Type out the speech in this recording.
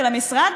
של המשרד,